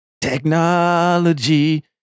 Technology